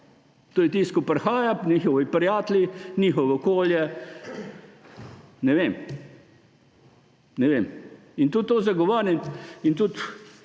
To je tisto, kar prihaja – njihovi prijatelji, njihovo okolje. Ne vem. In tudi to zagovarjam.